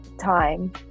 time